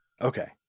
okay